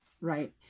right